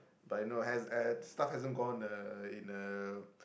but you know has stuff hasn't gone a in a